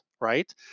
right